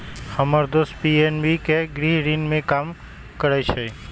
हम्मर दोस पी.एन.बी के गृह ऋण में काम करइ छई